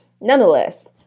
Nonetheless